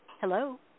Hello